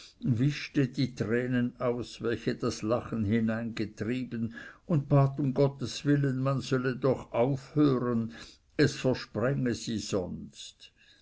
wischte die tränen aus welche das lachen hineingetrieben und bat um gottes willen man solle doch aufhören es versprenge sie sonst